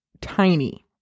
tiny